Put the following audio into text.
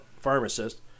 pharmacist